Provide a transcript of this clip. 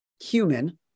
human